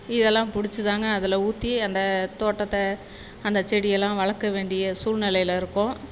இதெல்லாம் பிடிச்சி தாங்க அதில் ஊற்றி அந்த தோட்டத்தை அந்த செடியெல்லாம் வளர்க்க வேண்டிய சூழ்நிலையில இருக்கோம்